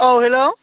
औ हेल्ल'